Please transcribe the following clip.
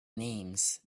names